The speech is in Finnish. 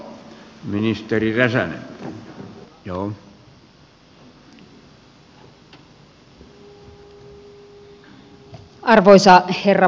arvoisa herra puhemies